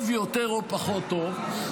טוב יותר או פחות טוב,